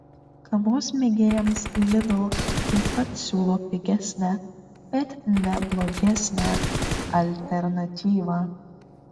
kavos mėgėjams lidl taip pat siūlo pigesnę bet ne blogesnę alternatyvą